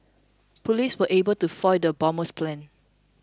police were able to foil the bomber's plans